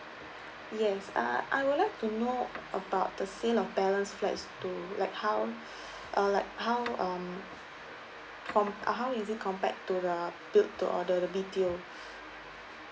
yes uh I would like to know about the sales of balance flats to like how uh like how um compa~ uh how is it compared to the build to order the B_T_O